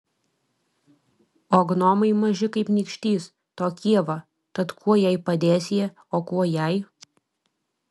o gnomai maži kaip nykštys tokie va tad kuo jai padės jie o kuo jai